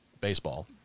baseball